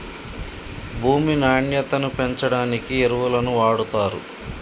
భూమి నాణ్యతను పెంచడానికి ఎరువులను వాడుతారు